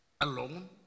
alone